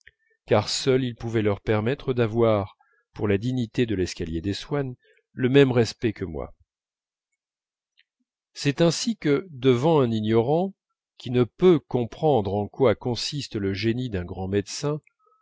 car seul il pouvait leur permettre d'avoir pour la dignité de l'escalier des swann le même respect que moi c'est ainsi que devant un ignorant qui ne peut comprendre en quoi consiste le génie d'un grand médecin